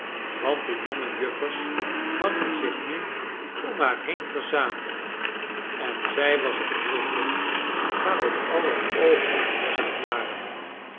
want de jonge juffers hadden zich nu om haar heen verzameld en zij was het middelpunt waarop aller oogen gevestigd waren